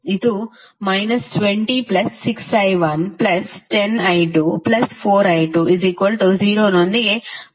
ಇದು 206i110i24i20 ನೊಂದಿಗೆ ಪ್ರಾರಂಭವಾಗುತ್ತದೆ